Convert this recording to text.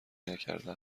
نکرده